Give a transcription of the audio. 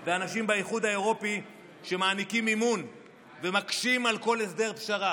אלה אנשים באיחוד האירופי שמעניקים מימון ומקשים על כל הסדר פשרה.